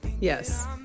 Yes